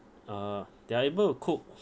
uh they are able to cook